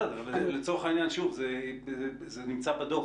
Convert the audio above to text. לצורך העניין, שוב, זה נמצא בדוח.